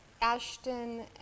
Ashton